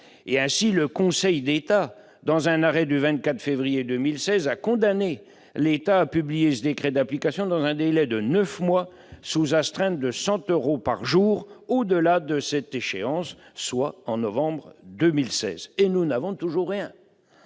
publié. Le Conseil d'État, dans un arrêt du 24 février 2016, a condamné l'État à publier ce décret d'application dans un délai de neuf mois, sous astreinte de 100 euros par jour au-delà de cette échéance, soit en novembre 2016. Mais nous n'avons toujours rien